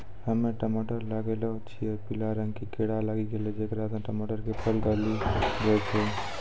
हम्मे टमाटर लगैलो छियै पीला रंग के कीड़ा लागी गैलै जेकरा से टमाटर के फल गली जाय छै?